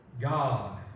God